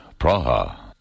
Praha